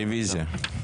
רביזיה.